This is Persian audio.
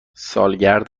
سالگرد